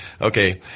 Okay